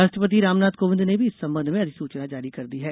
राष्ट्रपति रामनाथ कोविंद ने भी इस संबंध में अधिसूचना जारी कर दी है